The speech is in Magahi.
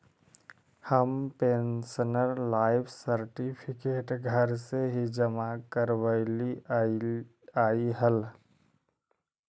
हम पेंशनर लाइफ सर्टिफिकेट घर से ही जमा करवइलिअइ हल